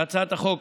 להצעת החוק